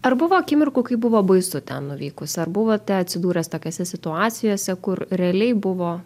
ar buvo akimirkų kai buvo baisu ten nuvykus ar buvote atsidūręs tokiose situacijose kur realiai buvo